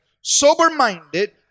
sober-minded